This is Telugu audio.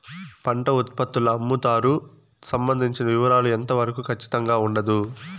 పంట ఉత్పత్తుల అమ్ముతారు సంబంధించిన వివరాలు ఎంత వరకు ఖచ్చితంగా ఉండదు?